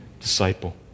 disciple